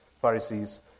Pharisees